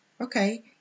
Okay